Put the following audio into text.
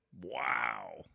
Wow